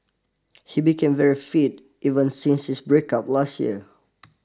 he became very fit even since his breakup last year